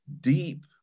deep